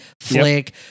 flick